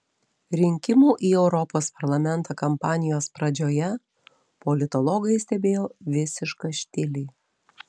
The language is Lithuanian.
rinkimų į europos parlamentą kampanijos pradžioje politologai stebėjo visišką štilį